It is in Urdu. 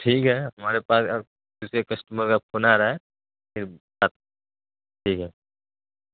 ٹھیک ہے ہمارے پاس اب دوسرے کسٹمر کا پھون آ رہا ہے پھر بات ٹھیک ہے